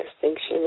distinction